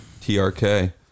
TRK